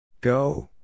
Go